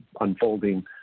unfolding